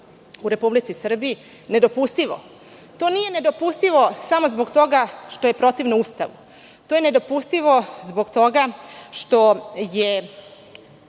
u Republici Srbiji nedopustivo. To nije nedopustivo samo zbog toga što je protivustavno, to je nedopustivo zbog toga što ste